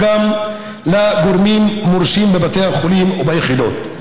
גם לגורמים מורשים בבתי החולים וביחידות.